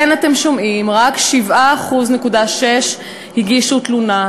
כן, אתם שומעים, רק 7.6% הגישו תלונה.